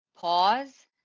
pause